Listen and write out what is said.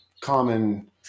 common